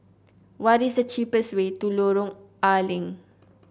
what is the cheapest way to Lorong A Leng